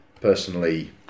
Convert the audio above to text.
personally